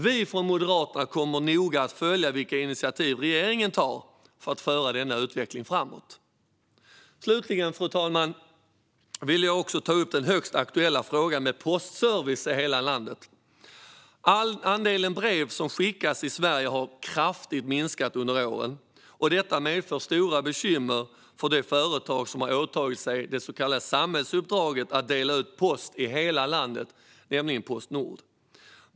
Vi från Moderaterna kommer noga att följa vilka initiativ regeringen tar för att föra denna utveckling framåt. Slutligen, fru talman, vill jag också ta upp den högst aktuella frågan om postservice i hela landet. Andelen brev som skickas i Sverige har kraftigt minskat under åren, och detta medför stora bekymmer för det företag som har åtagit sig det så kallade samhällsuppdraget att dela ut post i hela landet, nämligen Postnord.